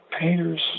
painters